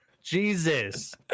Jesus